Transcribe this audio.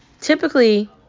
Typically